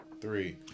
Three